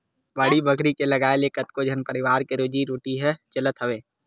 बाड़ी बखरी के लगाए ले कतको झन परवार के रोजी रोटी ह चलत हवय